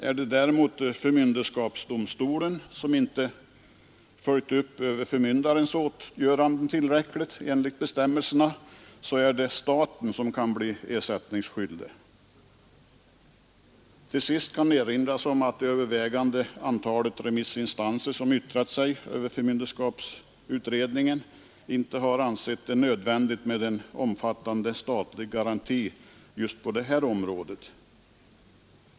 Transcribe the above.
Är det däremot förmynderskapsdomstolen som inte tillräckligt följt upp överförmyndarens åtgörande enligt bestämmelserna, är det staten som kan bli ersättningsskyldig. Det kan erinras om att övervägande antalet remissinstanser som yttrat sig över förmynderskapsutredningen inte har ansett det nödvändigt med en omfattande statlig garanti just på detta område.